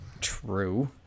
True